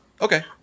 Okay